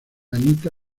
anita